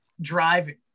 driving